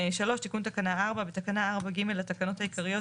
תיקון תקנה 4 3.בתקנה 4(ג) לתקנות העיקריות,